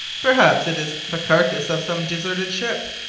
perhaps it is the carcase of some deserted ship.